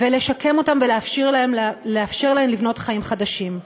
לשקם אותן ולאפשר להן לבנות חיים חדשים.